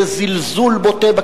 בזלזול בוטה,